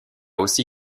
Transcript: aussi